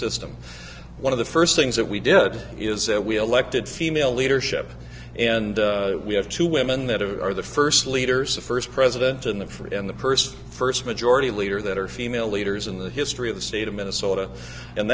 system one of the first things that we did is that we elected female leadership and we have two women that are the first leaders the first president in the fridge and the person first majority leader that are female leaders in the history of the state of minnesota and